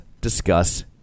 discuss